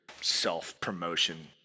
self-promotion